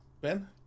Ben